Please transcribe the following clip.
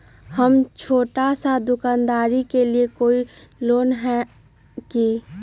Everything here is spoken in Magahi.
हम छोटा सा दुकानदारी के लिए कोई लोन है कि?